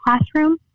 classroom